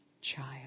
child